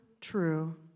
true